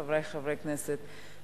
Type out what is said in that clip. חברי חברי הכנסת,